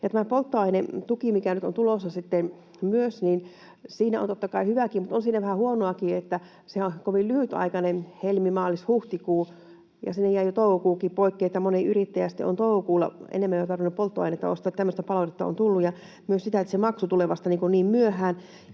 tämä polttoainetuki, mikä nyt on tulossa myös, siinä on totta kai hyvääkin, mutta on siinä vähän huonoakin. Sehän on kovin lyhytaikainen: Helmi—, maalis—, huhtikuu, ja siinä jäi jo toukokuukin poikkeen, eli monen yrittäjän on sitten toukokuulla jo tarvinnut ostaa enemmän polttoainetta. Tämmöistä palautetta on tullut ja myös sitä, että se maksu tulee vasta niin myöhään